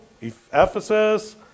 Ephesus